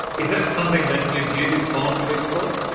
is that something that you've used on truthsquad?